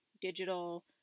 digital